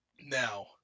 now